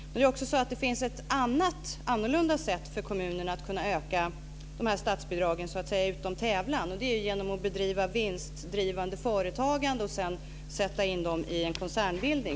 Det finns också ett annat annorlunda sätt för kommunerna att kunna öka dessa statsbidrag så att säga utom tävlan, nämligen genom att bedriva vinstdrivande företagande och sedan föra in vinsterna i en koncernbildning.